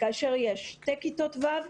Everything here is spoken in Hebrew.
כאשר יש שתי כיתות ו',